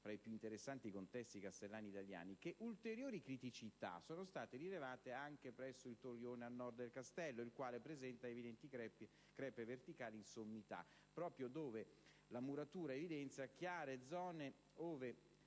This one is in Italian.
fra i più interessanti contesti castellani italiani - che ulteriori criticità sono state rilevate anche presso il torrione a nord del Castello, il quale presenta evidenti crepe verticali in sommità, proprio dove la muratura evidenzia chiare zone ove